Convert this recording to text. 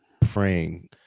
praying